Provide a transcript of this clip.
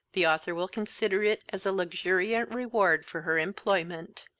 the author will consider it as a luxuriant reward for her employment.